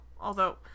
Although-